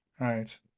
Right